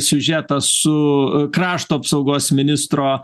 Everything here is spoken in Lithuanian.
siužetą su krašto apsaugos ministro